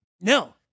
No